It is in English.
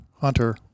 Hunter